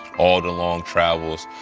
all the long travels,